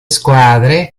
squadre